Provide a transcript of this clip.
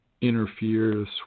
interferes